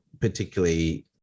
particularly